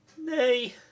Nay